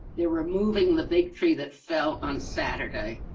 they're removing the big tree that fell on saturday.